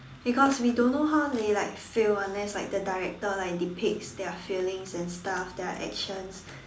because we don't know how they like feel unless like the director like depicts like their feelings and stuff their actions